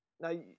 Now